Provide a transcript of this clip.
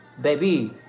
baby